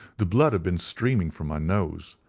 the blood had been streaming from my nose,